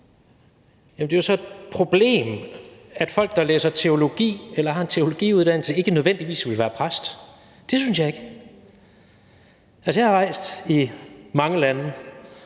at det er et problem, at folk, der læser teologi eller har en teologiuddannelse, ikke nødvendigvis vil være præst. Det synes jeg ikke er et problem. Jeg har rejst i mange lande